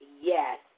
Yes